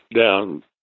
down